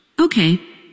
Okay